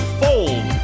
fold